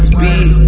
Speed